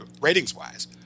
ratings-wise